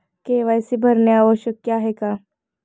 KYC भरणे आवश्यक आहे का?